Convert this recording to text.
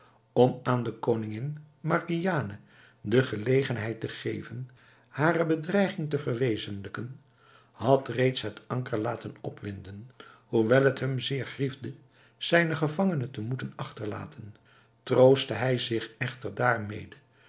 om aan de koningin margiane de gelegenheid te geven hare bedreiging te verwezenlijken had reeds het anker laten opwinden hoewel het hem zeer griefde zijnen gevangene te moeten achterlaten troostte hij zich echter daarmede